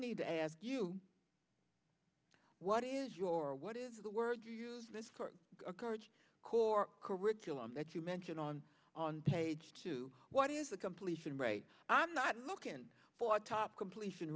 need to ask you what is your what is the word you use this for courage core curriculum that you mentioned on on page two what is the completion rate i'm not looking for a top completion